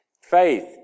Faith